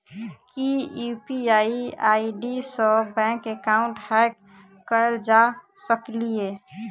की UPI ID सऽ bank account hack कैल जा सकलिये?